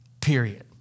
period